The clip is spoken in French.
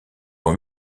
dans